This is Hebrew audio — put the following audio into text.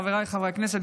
חבריי חברי הכנסת,